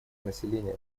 население